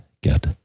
get